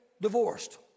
divorced